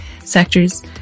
sectors